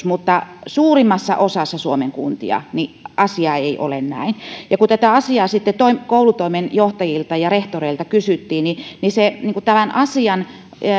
mutta suurimmassa osassa suomen kuntia asia ei ole näin kun tätä asiaa sitten koulutoimenjohtajilta ja rehtoreilta kysyttiin niin tämän asian